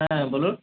হ্যাঁ বলুন